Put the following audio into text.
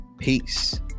Peace